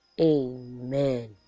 Amen